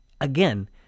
again